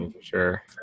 Sure